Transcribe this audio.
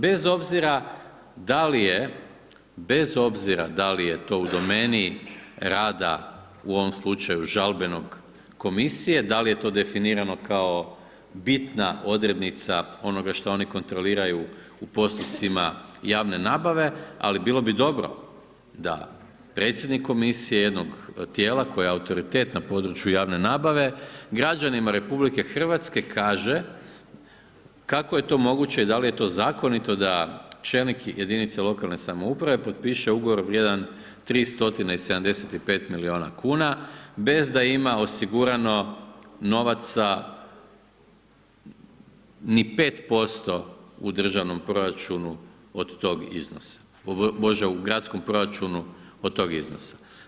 Bez obzira da li je, bez obzira da li je to u domeni rada u ovom slučaju žalbene komisije, da li je to definirano kao bitna odrednica onoga što oni kontroliraju u postupcima javne nabave, ali bilo bi dobro da predsjednik komisije, jednog tijela, koji je autoritet na području javne nabave, građanima RH, kaže, kako je to moguće i da li je to zakonito da čelnik jedinice lokalne samouprave, potpiše ugovor vrijedan 3 stotine i 75 milijuna kuna, bez da ima osigurano novaca ni 5% u državnom proračunu od tog iznosa, Bože u gradskom proračunu od tog iznosa.